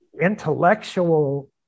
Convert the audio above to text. Intellectual